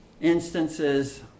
instances